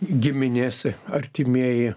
giminės artimieji